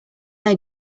they